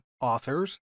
authors